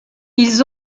ils